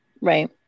Right